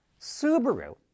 Subaru